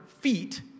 feet